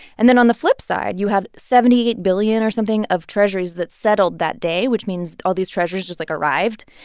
and then on the flipside, you have seventy eight billion or something of treasuries that settled that day, which means all these treasuries just, like, arrived,